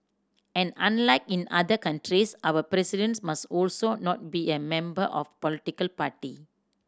and unlike in other countries our President must also not be a member of political party